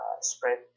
spread